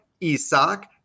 Isak